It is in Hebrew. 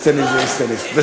איסטניס זה איסטניס, אם.